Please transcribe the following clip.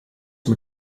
mit